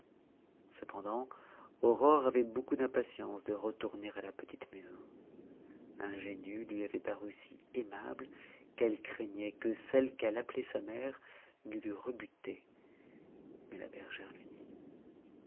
cependant aurore avait beaucoup d'impatience de retourner à la petite maison ingénu lui avait paru si aimable qu'elle craignait que celle qu'elle appelait sa mère ne l'eût rebuté mais la bergère lui dit